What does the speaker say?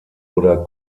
oder